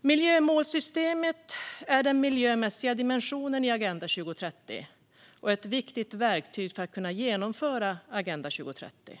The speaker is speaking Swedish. Miljömålssystemet är den miljömässiga dimensionen i Agenda 2030 och ett viktigt verktyg för att kunna genomföra Agenda 2030.